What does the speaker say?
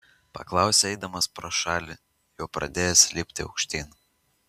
paklausė eidamas pro šalį jau pradėjęs lipti aukštyn